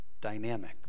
dynamic